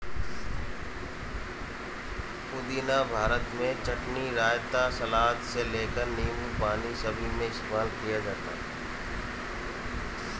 पुदीना भारत में चटनी, रायता, सलाद से लेकर नींबू पानी सभी में इस्तेमाल किया जाता है